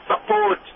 support